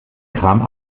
kram